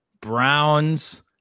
Browns